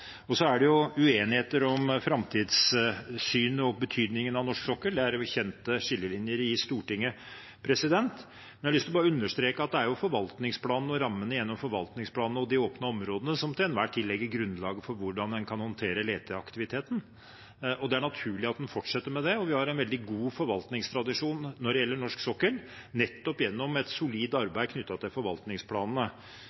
Så er det uenigheter om framtiden og betydningen av norsk sokkel. Der er det kjente skillelinjer i Stortinget. Jeg har imidlertid lyst til å understreke at det er forvaltningsplanene og rammene gjennom forvaltningsplanene og de åpne områdene som til enhver tid legger grunnlaget for hvordan en kan håndtere leteaktiviteten, og det er naturlig at en fortsetter med det. Vi har en veldig god forvaltningstradisjon når det gjelder norsk sokkel, nettopp gjennom et solid